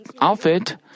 outfit